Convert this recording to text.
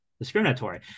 discriminatory